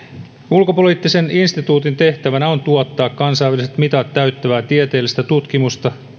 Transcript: ulkopoliittisen instituutin tehtävänä on tuottaa kansainväliset mitat täyttävää tieteellistä tutkimusta